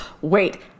Wait